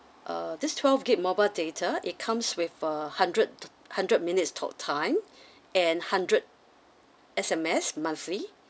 uh this twelve gig~ mobile data it comes with a hundred hundred minutes talk time and hundred S_M_S monthly